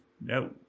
No